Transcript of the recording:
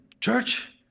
church